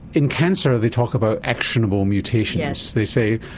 in cancer they talk about actionable mutations, they say,